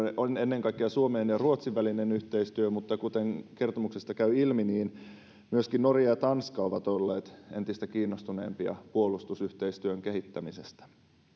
on ollut ennen kaikkea suomen ja ruotsin välinen yhteistyö ja se on tästä jo kehittynytkin mutta kuten kertomuksesta käy ilmi niin myöskin norja ja tanska ovat olleet entistä kiinnostuneempia puolustusyhteistyön kehittämisestä